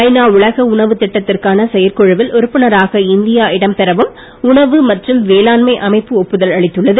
ஐநா உலக உணவுத் திட்டத்திற்கான செயற்குழுவில் உறுப்பினராக இந்தியா இடம் பெறவும் உணவு மற்றும் வேளாண்மை அமைப்பு ஒப்புதல் அளித்துள்ளது